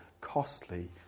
costly